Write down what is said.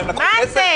מה, הם לקחו כסף?